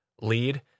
lead